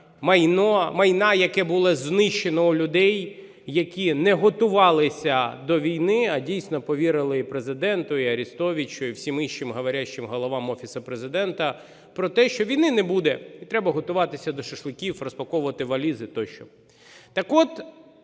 майна, яке було знищено у людей, які не готувалися до війни. А, дійсно, повірили і Президенту, і Арестовичу, і всім іншим "говорящим головам" Офісу Президента про те, що війни не буде і треба готуватися до шашликів, розпаковувати валізи тощо. Так от